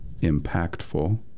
impactful